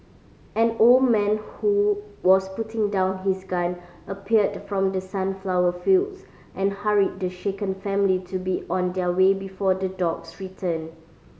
an old man who was putting down his gun appeared from the sunflower fields and hurried the shaken family to be on their way before the dogs return